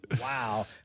Wow